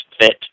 fit